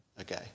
Okay